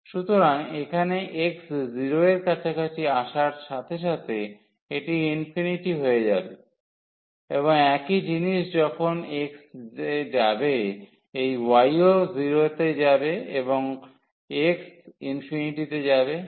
সুতরাং এখানে x 0 এর কাছাকাছি আসার সাথে সাথে এটি ইনফিনিটি হয়ে যাবে এবং একই জিনিস যখন x যাবে এই y ও 0 এ যাবে এবং x ∞ তে যাবে